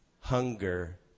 hunger